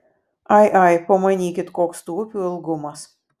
ai ai pamanykit koks tų upių ilgumas